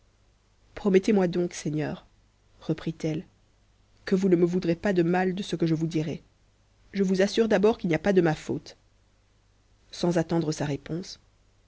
promettezuoi donc seigneur reprit-elle que vous ne me voudrez pas de mal de e que je vous dirai je vous assure d'abord qu'il n'y a pas de ma faute a ians attendre sa réponse